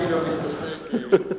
חבר הכנסת בר-און,